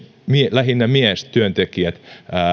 lähinnä miestyöntekijät